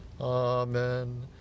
Amen